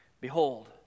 behold